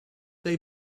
they